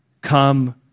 come